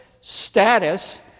status